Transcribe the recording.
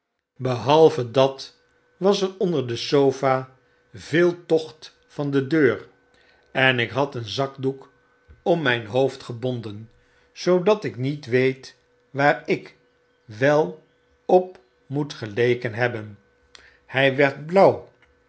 behalve dat was er onder de sofa veel tocht van de deur en ik had een zakdoek om myn hoofd gebonden zoodat ik met weet waar ik wel op moet geleken hebben hjj werd blauw